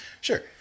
Sure